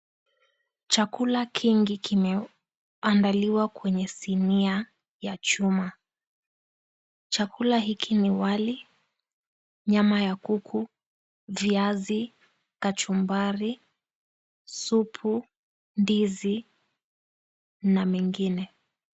Chakula kingi kimeandaliwa kwenye sinia ya chuma. Chakula hiki ni wali, nyama ya kuku, viazi, kachumbari, supu, ndizi na mengine.